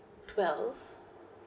twelve